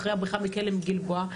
אחרי הבריחה מכלא גלבוע,